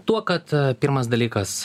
tuo kad pirmas dalykas